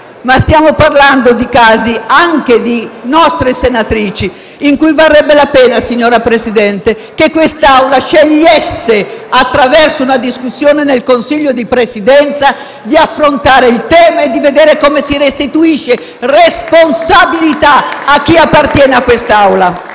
Ma stiamo parlando di casi, anche di nostre senatrici, per i quali varrebbe la pena, signor Presidente, che quest'Assemblea scegliesse, attraverso una discussione nel Consiglio di Presidenza, di affrontare il tema e di vedere come restituire responsabilità a chi appartiene a quest'Assemblea.